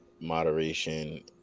moderation